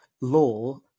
law